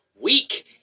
weak